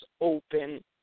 open